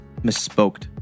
Misspoked